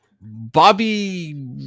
Bobby